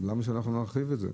למה שאנחנו נרחיב את זה?